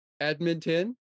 Edmonton